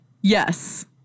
yes